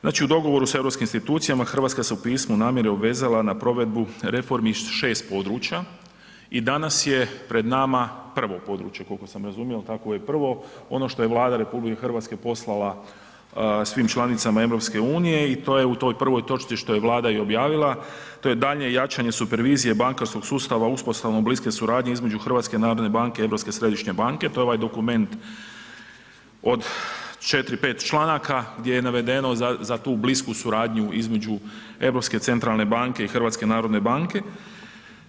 Znači, u dogovoru s europskim institucijama RH se u pismu namjere obvezala na provedbu reformi iz 6 područja i danas je pred nama prvo područje, koliko sam razumio, jel tako ovo je prvo, ono što je Vlada RH poslala svim članicama EU i to je u toj prvoj točci što je Vlada i objavila, to je daljnje jačanje supervizije bankarskog sustava uspostavom bliske suradnje između HNB-a i Europske središnje banke, to je ovaj dokument od 4-5 članaka gdje je navedeno za tu blisku suradnju između Europske centralne banke i HNB-a.